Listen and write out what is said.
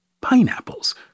pineapples